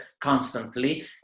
constantly